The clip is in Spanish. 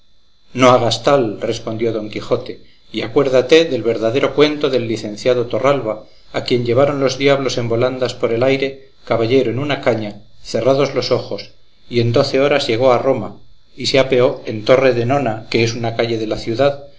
no hagas tal respondió don quijote y acuérdate del verdadero cuento del licenciado torralba a quien llevaron los diablos en volandas por el aire caballero en una caña cerrados los ojos y en doce horas llegó a roma y se apeó en torre de nona que es una calle de la ciudad